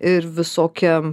ir visokia